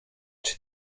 czy